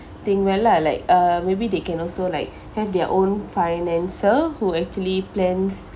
thing well lah like uh maybe they can also like have their own financer who actually plans